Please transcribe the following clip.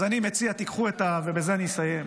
אז אני מציע, ובזה אני אסיים,